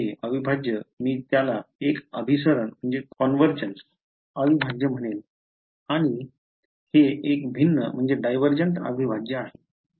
हे अविभाज्य मी त्याला एक अभिसरण अविभाज्य म्हणेल आणि हे एक भिन्न अविभाज्य आहे